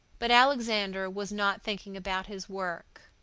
but alexander was not thinking about his work.